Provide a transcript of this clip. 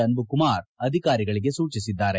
ಅನ್ದುಕುಮಾರ್ ಅಧಿಕಾರಿಗಳಿಗೆ ಸೂಚಿಸಿದ್ದಾರೆ